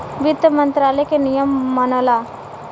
वित्त मंत्रालय के नियम मनला